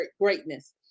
greatness